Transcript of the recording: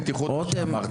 או בטיחות כזו,